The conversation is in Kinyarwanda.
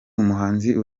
umuhanzi